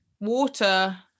water